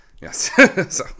yes